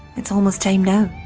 it's almost time now.